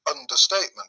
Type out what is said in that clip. understatement